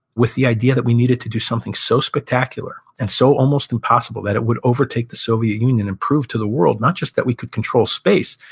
with the idea that we needed to do something so spectacular and so almost impossible that it would overtake the soviet union and prove to the world, not just that we could control space,